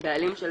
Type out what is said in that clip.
"בעלים",